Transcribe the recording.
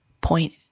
point